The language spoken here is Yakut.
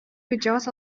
кырдьаҕас